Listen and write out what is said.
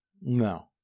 No